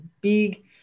big